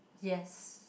yes